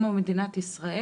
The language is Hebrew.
כמו במדינת ישראל.